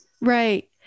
Right